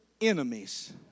enemies